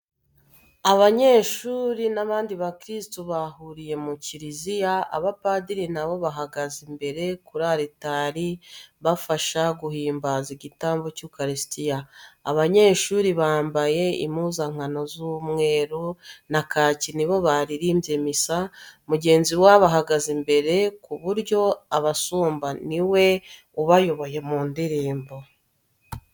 Abanyeshuri n'abandi bakirisitu bahuriye mu kiriziya, abapadiri nabo bahagaze imbere kuri aritari bafasha guhimbaza igitambo cy'ukarisitiya, abanyeshuri bambaye impuzankano z'umweru na kaki nibo baririmbye misa, mugenzi wabo ahagaze imbere ku buryo abasumba niwe ubayoboye mu ndirimbo.